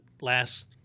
last